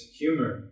humor